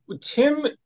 Tim